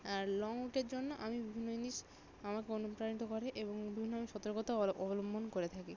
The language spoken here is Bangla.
আর লং রুটের জন্য আমি বিভিন্ন জিনিস আমাকে অনুপ্রাণিত করে এবং বিভিন্ন আমি সতর্কতাও অবলম্বন করে থাকি